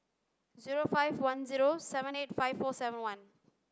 zero five one zero seven eight five four seven one